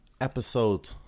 episode